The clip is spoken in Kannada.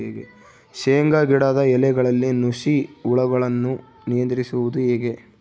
ಶೇಂಗಾ ಗಿಡದ ಎಲೆಗಳಲ್ಲಿ ನುಷಿ ಹುಳುಗಳನ್ನು ನಿಯಂತ್ರಿಸುವುದು ಹೇಗೆ?